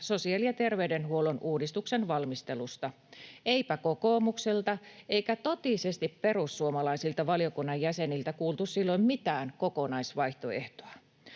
sosiaali- ja terveydenhuollon uudistuksen valmistelusta. Eipä kokoomukselta eikä totisesti perussuomalaisilta valiokunnan jäseniltä kuultu silloin mitään kokonaisvaihtoehtoa.